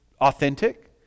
authentic